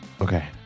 Okay